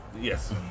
Yes